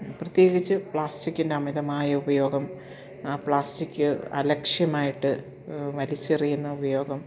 പ്രത്യേകിച്ച് പ്ലാസ്റ്റിക്കിൻ്റെ അമിതമായ ഉപയോഗം പ്ലാസ്റ്റിക് അലക്ഷ്യമായിട്ടു വലിച്ചെറിയുന്ന ഉപയോഗം